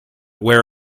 where